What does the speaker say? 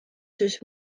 zus